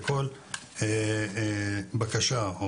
כל בקשה,